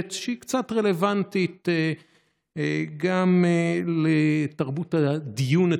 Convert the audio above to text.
שהיא קצת רלוונטית גם לתרבות הדיון אצלנו,